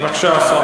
חברת הכנסת זועבי,